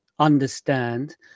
understand